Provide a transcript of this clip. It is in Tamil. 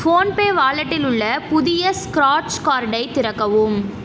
ஃபோன்பே வாலெட்டில் உள்ள புதிய ஸ்க்ராட்ச் கார்டை திறக்கவும்